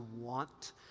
want